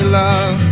love